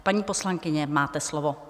Paní poslankyně, máte slovo.